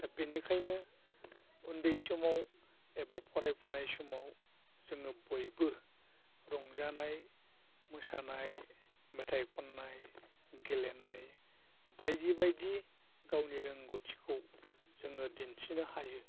दा बिनिखायनो उन्दै समाव एबा फरायफुनाय समाव जोङो बयबो रंजानाय मोसानाय मेथाइ खननाय गेलेनाय बायदि बायदि गावनि रोंगौथिखौ जोङो दिन्थिनो हायो